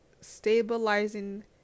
stabilizing